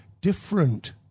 different